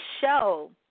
show